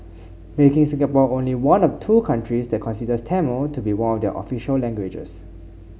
making Singapore only one of two countries that considers Tamil to be one of their official languages